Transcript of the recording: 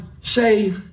say